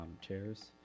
chairs